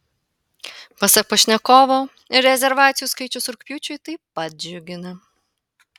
pasak pašnekovo rezervacijų skaičius rugpjūčiui taip pat džiugina